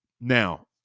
Now